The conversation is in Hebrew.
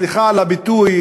סליחה על הביטוי,